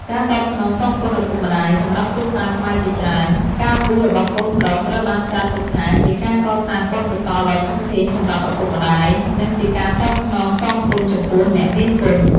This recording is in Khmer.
ការតបស្នងសងគុណឪពុកម្តាយ សម្រាប់គ្រួសារខ្មែរជាច្រើន ការបួសរបស់កូនប្រុសត្រូវបានចាត់ទុកថាជាការកសាងបុណ្យកុសលដ៏ធំធេងសម្រាប់ឪពុកម្តាយ និងជាការតបស្នងសងគុណចំពោះអ្នកមានគុណ។